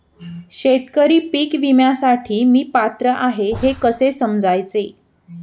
शेतकरी पीक विम्यासाठी मी पात्र आहे हे कसे समजायचे?